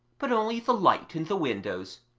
but only the light in the windows.